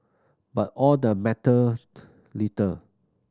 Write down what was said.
but all the mattered little